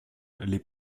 les